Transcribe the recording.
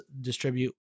distribute